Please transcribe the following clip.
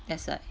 that's right